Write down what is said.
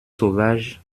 sauvage